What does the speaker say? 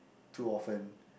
too often